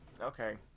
Okay